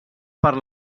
per